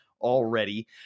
already